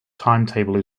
timetable